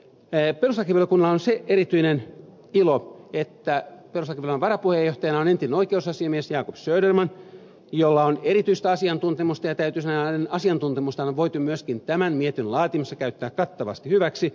perustuslakivaliokunnalla on se erityinen ilo että perustuslakivaliokunnan varapuheenjohtajana on entinen oikeusasiamies jacob söderman jolla on erityistä asiantuntemusta ja täytyy sanoa että hänen asiantuntemustaan on voitu myöskin tämän mietinnön laatimisessa käyttää kattavasti hyväksi